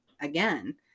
again